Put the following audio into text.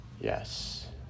Yes